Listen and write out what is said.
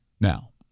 Now